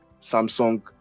Samsung